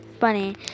funny